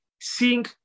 seeing